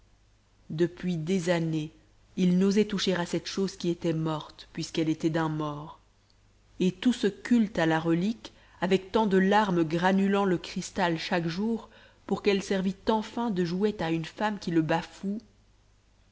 depuis des années il n'osait toucher à cette chose qui était morte puisqu'elle était d'un mort et tout ce culte à la relique avec tant de larmes granulant le cristal chaque jour pour qu'elle servit enfin de jouet à une femme qui le bafoue